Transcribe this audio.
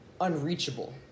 unreachable